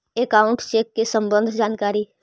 Account check के सम्बन्ध जानकारी?